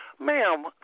Ma'am